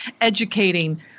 educating